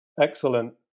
excellent